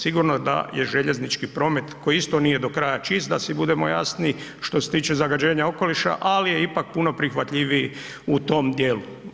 Sigurno da je željeznički promet koji isto nije do kraja čist, da si budemo jasni, što se tiče zagađenja okoliša, ali je ipak puno prihvatljiviji u tom dijelu.